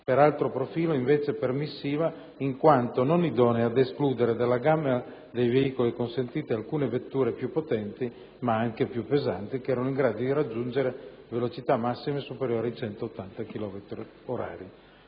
per altro profilo, invece, permissiva, in quanto non idonea ad escludere dalla gamma dei veicoli consentiti alcune vetture più potenti, ma anche più pesanti, che erano in grado di raggiungere velocità massima superiore a 180 km/h.